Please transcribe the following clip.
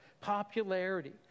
popularity